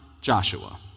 Joshua